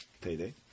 Payday